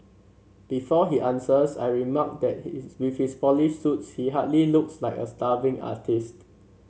before he answers I remark that with his polished suits he hardly looks like a starving artist